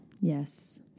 Yes